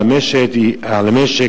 על המשק,